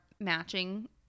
matching